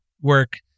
work